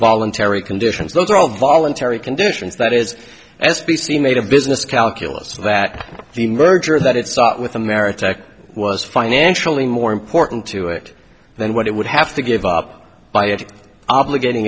voluntary conditions those are all voluntary conditions that is s b c made a business calculus that the merger that it sought with ameritech was financially more important to it than what it would have to give up by obligat